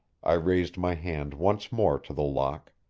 i raised my hand once more to the lock,